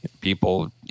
people